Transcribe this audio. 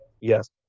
Yes